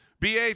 BA